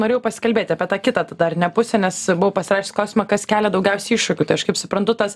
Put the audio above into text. norėjau pasikalbėti apie tą kitą tada ar ne pusę nes buvau pasirašius klausimą kas kelia daugiausia iššūkių tai aš kaip suprantu tas